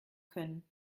können